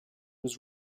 was